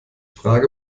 frage